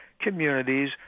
communities